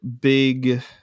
big